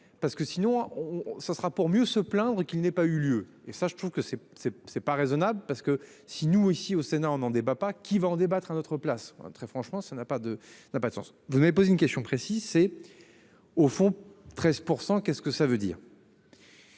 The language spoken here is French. parce que sinon on ça sera pour mieux se plaindre qu'ils n'aient pas eu lieu et ça je trouve que c'est c'est c'est pas raisonnable parce que si nous ici au Sénat, on en débat pas, qui va en débattre à notre place. Très franchement, ça n'a pas de la patience. Vous m'avez posé une question précise, c'est. Au fond, 13%. Qu'est-ce que ça veut dire.